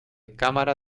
cámara